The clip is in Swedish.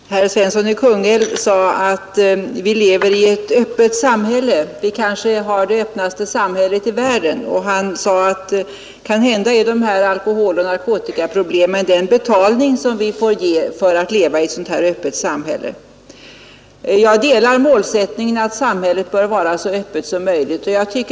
Fru talman! Herr Svensson i Kungälv sade att vi lever i ett öppet samhälle, kanske det öppnaste samhället i världen. Han sade vidare att alkoholoch narkotikaproblemen kanhända är den betalning vi får erlägga för att leva i ett sådant här öppet samhälle. Jag delar målsättningen att samhället bör vara så öppet som möjligt.